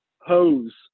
hose